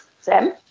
Sam